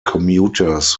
commuters